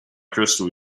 crystal